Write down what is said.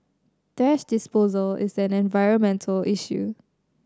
thrash disposal is an environmental issue